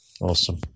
Awesome